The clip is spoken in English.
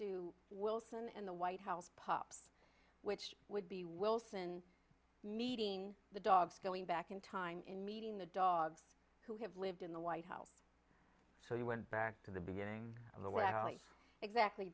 do wilson in the white house pup which would be wilson meeting the dogs going back in time in meeting the dogs who have lived in the white house so he went back to the beginning of the way exactly